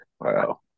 Wow